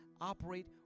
operate